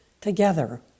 together